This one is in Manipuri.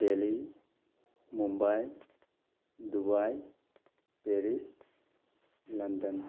Delhi Mumbai Dubai Paris London